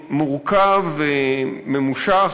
במסלול מורכב, ממושך,